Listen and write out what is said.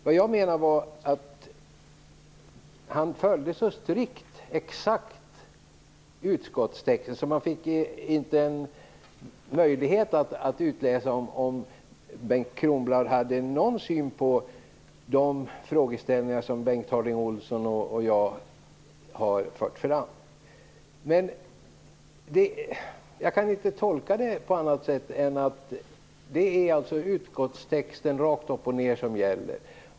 Vad jag menade var att han följde utskottstexten så strikt, så exakt, att man inte fick någon möjlighet att utläsa om Bengt Kronblad hade någon synpunkt på de frågeställningar som Bengt Harding Olson och jag har fört fram. Jag kan inte tolka det på annat sätt än att det är utskottstexten rakt upp och ned som gäller.